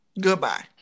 goodbye